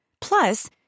Plus